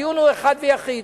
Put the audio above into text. הדיון הוא אחד ויחיד: